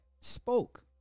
spoke